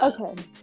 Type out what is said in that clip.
Okay